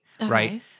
right